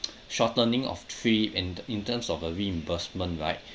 shortening of trip in in terms of a reimbursement right